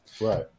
Right